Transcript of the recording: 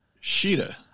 Sheeta